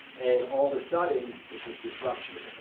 and all of a sudden, there's this disruption in the